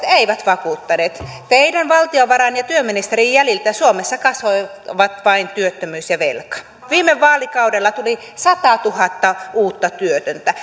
eivät vakuuttaneet teidän valtiovarain ja työministerienne jäljiltä suomessa kasvoivat vain työttömyys ja velka viime vaalikaudella tuli satatuhatta uutta työtöntä